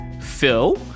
Phil